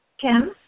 Kim